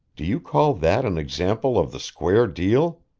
do you call that an example of the square deal?